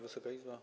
Wysoka Izbo!